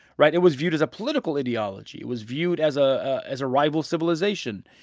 right? it was viewed as a political ideology. it was viewed as a as a rival civilization.